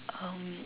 um